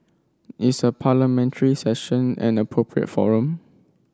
is a Parliamentary Session an appropriate forum